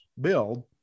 build